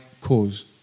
cause